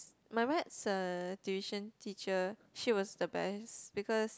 my maths uh tuition teacher she was the best because